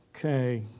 Okay